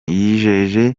yijeje